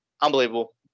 unbelievable